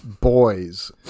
boys